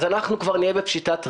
אז אנחנו כבר נהיה בפשיטת רגל.